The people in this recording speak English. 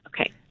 Okay